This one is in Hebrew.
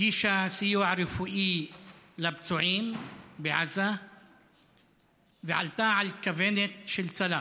הגישה סיוע רפואי לפצועים בעזה ועלתה בכוונת של צלף.